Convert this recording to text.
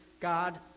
God